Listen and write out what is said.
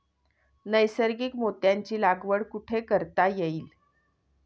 नैसर्गिक मोत्यांची लागवड कुठे करता येईल?